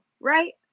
right